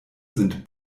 sind